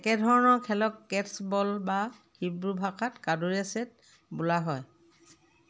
একেধৰণৰ খেলক কেট্চবল বা হিব্ৰু ভাষাত কাদুৰেশ্বেট বোলা হয়